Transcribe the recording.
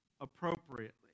appropriately